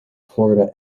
florida